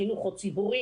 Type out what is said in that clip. החינוך הוא ציבורי.